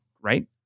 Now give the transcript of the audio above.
right